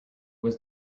was